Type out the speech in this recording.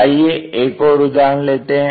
आइए एक और उदाहरण लेते हैं